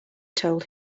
told